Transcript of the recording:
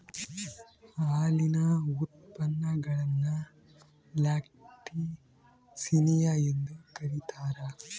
ಹಾಲಿನ ಉತ್ಪನ್ನಗುಳ್ನ ಲ್ಯಾಕ್ಟಿಸಿನಿಯ ಎಂದು ಕರೀತಾರ